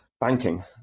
banking